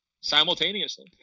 simultaneously